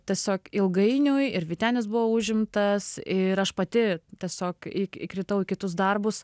tiesiog ilgainiui ir vytenis buvo užimtas ir aš pati tiesiog į įkritau į kitus darbus